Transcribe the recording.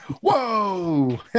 Whoa